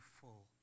full